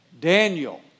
Daniel